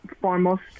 foremost